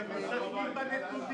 --- תסתכלי בנתונים.